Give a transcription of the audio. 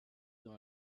dans